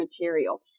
material